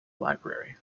library